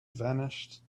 vanished